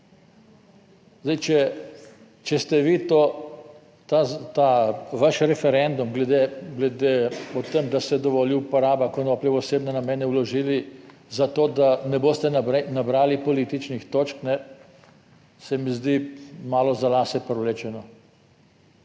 Zdaj, če ste vi ta vaš referendum, glede o tem, da se dovoli uporaba konoplje v osebne namene, vložili zato, da ne boste nabrali političnih točk se mi zdi malo za lase privlečeno.